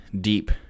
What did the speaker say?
deep